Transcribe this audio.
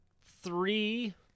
three